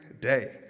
day